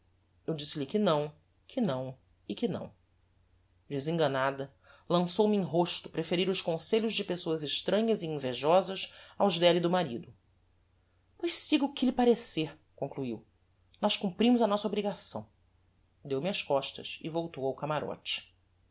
eu disse-lhe que não que não e que não desenganada lançou-me em rosto preferir os conselhos de pessoas estranhas e invejosas aos della e do marido pois siga o que lhe parecer concluiu nós cumprimos a nossa obrigação deu-me as costas e voltou ao camarote